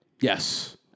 Yes